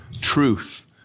truth